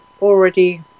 already